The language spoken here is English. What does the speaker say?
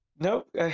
Nope